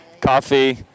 coffee